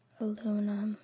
aluminum